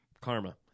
Karma